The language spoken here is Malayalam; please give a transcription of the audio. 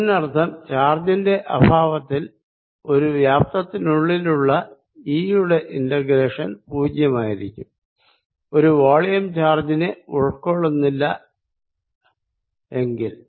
അതിനർത്ഥം ചാർജിന്റെ അഭാവത്തിൽ ഒരു വ്യാപ്തത്തിനുള്ളിലുള്ള ഈയുടെ ഇന്റഗ്രേഷൻ പൂജ്യമായിരിക്കും ഒരു വോളിയം ചാർജിനെ ഉൾക്കൊള്ളുന്നില്ല എങ്കിൽ